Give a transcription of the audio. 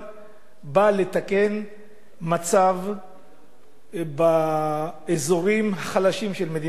באה לתקן מצב באזורים החלשים של מדינת ישראל,